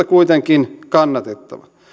kuitenkin kannatettava